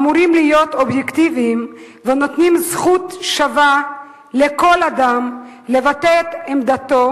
אמורים להיות אובייקטיביים ונותנים זכות שווה לכל אדם לבטא את עמדתו.